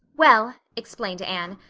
well, explained anne,